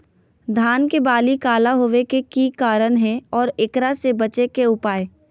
धान के बाली काला होवे के की कारण है और एकरा से बचे के उपाय?